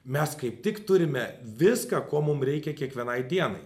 mes kaip tik turime viską ko mum reikia kiekvienai dienai